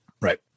Right